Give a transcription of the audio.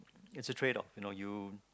it's a trade off you know you